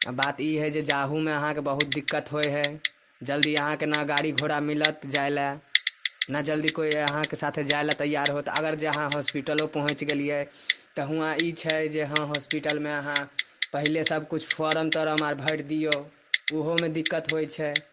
आओर बात ई है जे जाहोमे अहाँके बहुत दिक्कत होइ है जल्दी अहाँके न गाड़ी घोड़ा मिलत जाइ लै न जल्दी कोइ अहाँके साथे जाइ लए तैयार होत अगर जे अहाँ हॉस्पिटलो पहुँच गेलियै तऽ हुआँ ई छै जे हँ हॉस्पिटलमे अहाँ पहिले सभ किछु फॉर्म तॉर्म अर भरि दियौ ओहोमे दिक्कत होइ छै